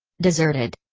deserted.